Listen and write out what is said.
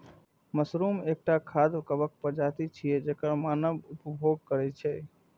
mushroom एकटा खाद्य कवक प्रजाति छियै, जेकर मानव उपभोग करै छै